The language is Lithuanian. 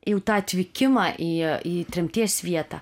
jau tą atvykimą į į tremties vietą